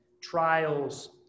trials